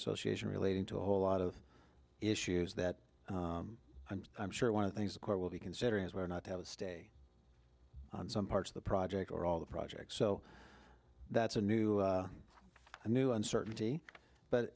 association relating to a whole lot of issues that i'm sure one of the things the court will be considering is where not to have a stay some parts of the project are all the project so that's a new a new uncertainty but